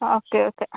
okay okay